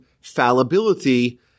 fallibility